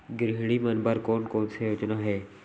गृहिणी मन बर कोन कोन से योजना हे?